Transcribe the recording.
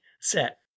set